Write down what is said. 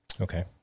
okay